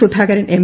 Sudhakaran M